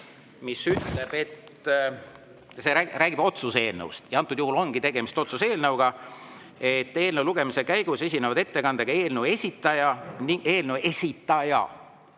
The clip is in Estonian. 5 ütleb – see räägib otsuse eelnõust ja antud juhul ongi tegemist otsuse eelnõuga –, et eelnõu lugemise käigus esineb ettekandega eelnõu esitaja … Eelnõu esitaja!